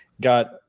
got